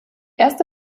erste